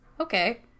Okay